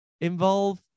involve